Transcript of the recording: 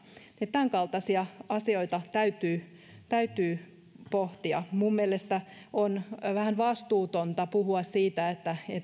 tämänkaltaisia asioita täytyy täytyy pohtia minun mielestäni on vähän vastuutonta puhua siitä että